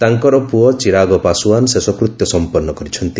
ତାଙ୍କର ପୁଅ ଚିରାଗ ପାଶଓ୍ୱାନ୍ ଶେଷକୃତ୍ୟ ସମ୍ପନ୍ନ କରିଛନ୍ତି